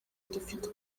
dufite